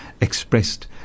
expressed